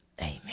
Amen